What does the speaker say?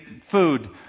food